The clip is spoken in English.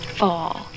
fall